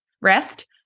rest